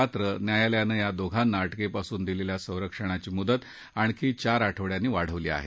मात्र न्यायालयानं या दोघांना अटकेपासून दिलेल्या संरक्षणाची मुदत आणखी चार आठवड्यांनी वाढवली आहे